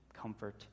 comfort